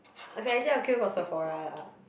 okay actually I'll queue for Sephora lah